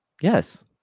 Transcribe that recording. Yes